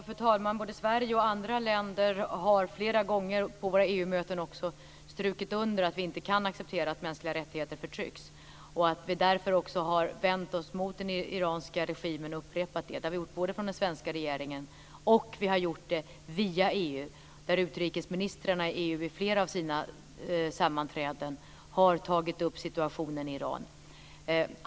Fru talman! Både Sverige och andra länder har flera gånger på EU-möten strukit under att vi inte kan acceptera att mänskliga rättigheter förtrycks och att vi därför också har vänt oss mot den iranska regimen och upprepat det. Det har gjorts både från den svenska regeringen och via EU där utrikesministrarna i EU på flera av sina sammanträden har tagit upp situationen i Iran.